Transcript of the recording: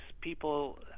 people